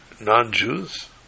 non-Jews